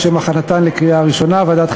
אני